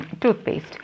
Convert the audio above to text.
toothpaste